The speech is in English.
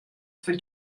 for